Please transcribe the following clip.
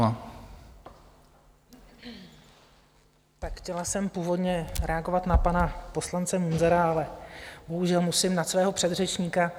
Tak chtěla jsem původně reagovat na pana poslance Munzara, ale bohužel musím na svého předřečníka.